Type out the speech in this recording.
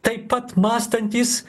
taip pat mąstantys